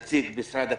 נציג משרד הפנים,